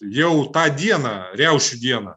jau tą dieną riaušių dieną